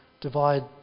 divide